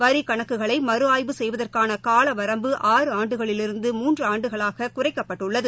வரி கணக்குகளை மறு ஆய்வு செய்வதற்கான காலவரம்பு ஆறு ஆண்டுகளிலிருந்து மூன்று ஆண்டுகளாக குறைக்கப்பட்டுள்ளது